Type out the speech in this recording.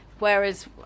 Whereas